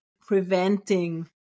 preventing